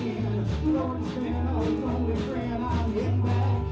yeah well